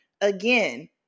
Again